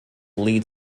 lead